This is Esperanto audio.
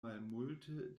malmulte